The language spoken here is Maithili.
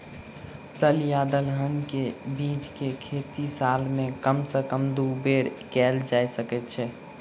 दल या दलहन केँ के बीज केँ खेती साल मे कम सँ कम दु बेर कैल जाय सकैत अछि?